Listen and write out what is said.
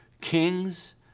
kings